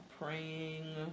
praying